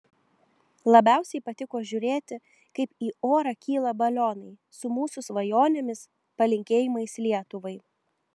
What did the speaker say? labiausiai patiko žiūrėti kaip į orą kyla balionai su mūsų svajonėmis palinkėjimais lietuvai